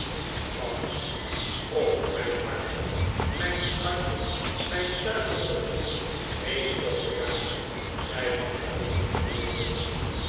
valsch och mijn hartje mijn schatje mijn suikerdotje wees toch bedaard zei mantalini heel nederig